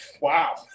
Wow